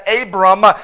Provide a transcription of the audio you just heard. Abram